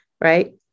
right